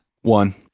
One